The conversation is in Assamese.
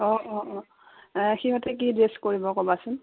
অঁ অঁ অঁ সিহঁতে কি ড্ৰেছ কৰিব ক'বাচোন